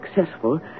successful